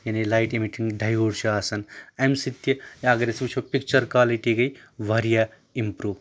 یعنے light emitting diode چھُ آسان امہِ سۭتۍ تہِ یا اگر أسۍ وٕچھو پِکچَر کالٹی گٔیے واریاہ اِمپرٛوٗ